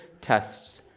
tests